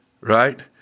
right